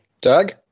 Doug